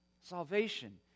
Salvation